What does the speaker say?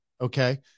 okay